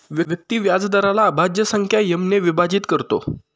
व्यक्ती व्याजदराला अभाज्य संख्या एम ने विभाजित करतो